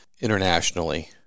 internationally